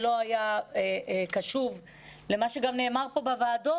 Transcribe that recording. ולא היה קשוב למה שגם נאמר פה בוועדות.